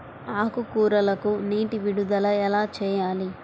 ఆకుకూరలకు నీటి విడుదల ఎలా చేయాలి?